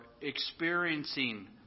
experiencing